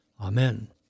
Amen